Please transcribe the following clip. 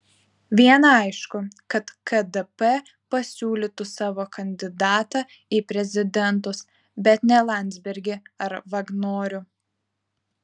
viena aišku kad kdp pasiūlytų savo kandidatą į prezidentus bet ne landsbergį ar vagnorių